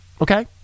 Okay